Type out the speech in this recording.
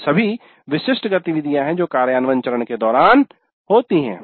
ये सभी विशिष्ट गतिविधियां हैं जो कि कार्यान्वयन चरण के दौरान होती हैं